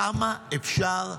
כמה אפשר,